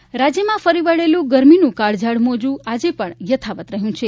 હવામાન રાજ્યમાં ફરી વળેલું ગરમીનું કાળઝાળ મોજું આજે પણ યથાવત રહ્યું છે